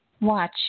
Watch